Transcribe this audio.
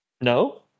No